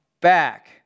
back